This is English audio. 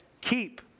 Keep